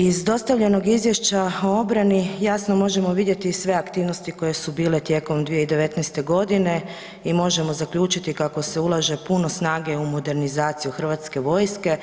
Iz dostavljenog izvješća o obrani jasno možemo vidjeti sve aktivnosti koje su bile tijekom 2019. godine i možemo zaključiti kako se ulaže puno snage u modernizaciju hrvatske vojske